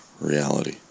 reality